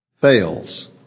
fails